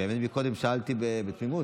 אני באמת קודם שאלתי בתמימות,